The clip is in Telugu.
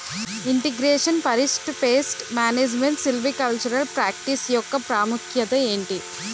integration forest pest management silvicultural practice యెక్క ప్రాముఖ్యత ఏంటి